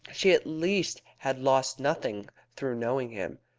she at least had lost nothing through knowing him.